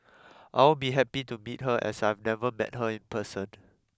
I'll be happy to meet her as I've never met her in person